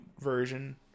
version